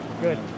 Good